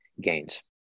gains